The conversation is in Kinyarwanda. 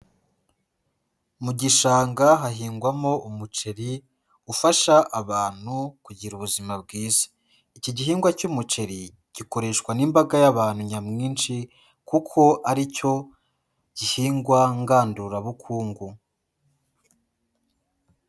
Mu gishanga hahingwamo umuceri ufasha abantu kugira ubuzima bwiza. Iki gihingwa cy'umuceri gikoreshwa n'imbaga y'abantu nyamwinshi kuko ari cyo gihingwa ngandurabukungu.